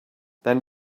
then